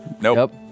nope